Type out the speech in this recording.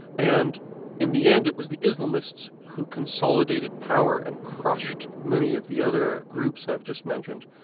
and in the end it was the islamists who consolidated power and crushed many of the other groups i've just mentioned.